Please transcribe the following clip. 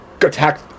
attack